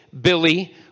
Billy